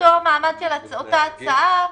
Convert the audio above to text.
באותו מעמד, אותה הצעה.